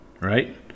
right